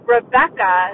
Rebecca